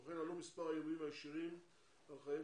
כמו כן עלו מספר האיומים הישירים על חייהם